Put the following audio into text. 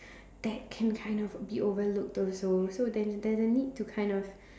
that can kind of be overlooked also so then there's a need to kind of